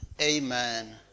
Amen